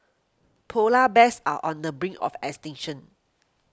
Polar Bears are on the brink of extinction